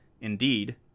indeed